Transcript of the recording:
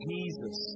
Jesus